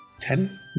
Ten